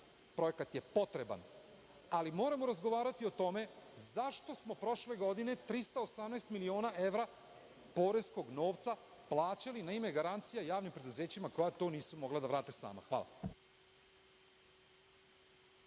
projekat je potreban, ali moramo razgovarati o tome zašto smo prošle godine 318 miliona evra poreskog novca plaćali na ime garancije javnim preduzećima koja to nisu mogla da vrate sama. Hvala.